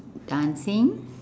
dancing